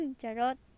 charot